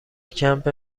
کمپ